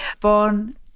Born